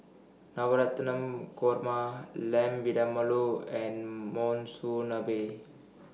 Korma Lamb and Monsunabe